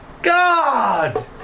God